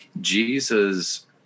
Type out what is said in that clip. Jesus